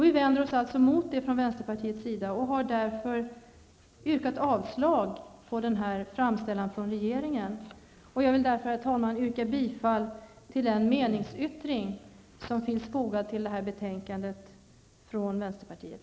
Vi vänder oss alltså emot det från vänsterpartiets sida och har därför yrkat avslag på denna framställan från regeringen. Jag vill, herr talman, yrka bifall till den meningsyttring från vänsterpartiet som finns fogad till betänkandet.